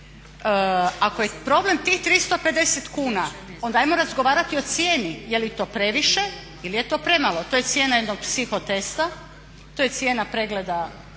Ako je problem tih 350 kuna, onda ajmo razgovarati o cijeni je li to previše ili je to premalo. To je cijena jednog psiho testa, to je cijena pregleda